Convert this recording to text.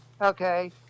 okay